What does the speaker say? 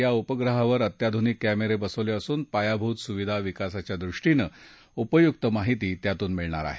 या उपग्रहावर अत्याधुनिक कॅमेरे बसवले असून पायाभूत सुविधा विकासाच्या दृष्टीनं उपयुक्त माहिती त्यातून मिळेल